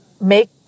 make